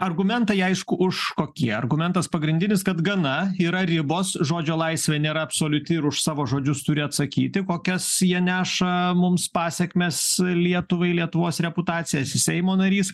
argumentai aišku už kokie argumentas pagrindinis kad gana yra ribos žodžio laisvė nėra absoliuti ir už savo žodžius turi atsakyti kokias jie neša mums pasekmes lietuvai lietuvos reputacijai esi seimo narys